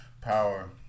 Power